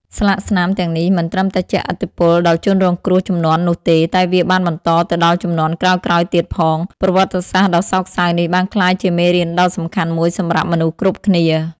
ស្លាកស្នាមទាំងនេះមិនត្រឹមតែជះឥទ្ធិពលដល់ជនរងគ្រោះជំនាន់នោះទេ តែវាបានបន្តទៅដល់ជំនាន់ក្រោយៗទៀតផង ប្រវត្តិសាស្ត្រដ៏សោកសៅនេះបានក្លាយជាមេរៀនដ៏សំខាន់មួយសម្រាប់មនុស្សគ្រប់គ្នា។